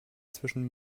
zwischen